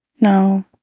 No